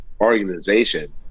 organization